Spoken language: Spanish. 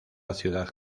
ciudad